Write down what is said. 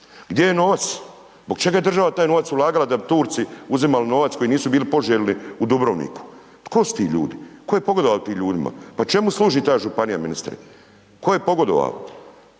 Gdje je novac, zbog čega je država taj novac ulagala, da bi Turci uzimali novac, koji nisu bili poželjni u Dubrovniku, tko su ti ljudi? Tko je pogodovao tim ljudima? Pa Čemu služi ta županija ministre? Tko je pogodova?